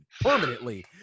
permanently